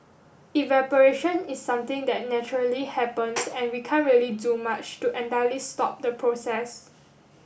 evaporation is something that naturally happens and we can't really do much to entirely stop the process